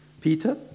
Peter